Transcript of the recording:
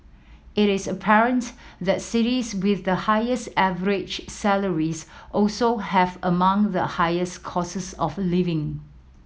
it is apparent that cities with the highest average salaries also have among the highest costs of living